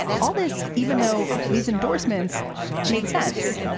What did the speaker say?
all this even though these endorsements made sense.